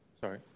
Sorry